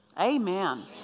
Amen